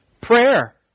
prayer